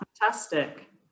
Fantastic